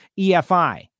EFI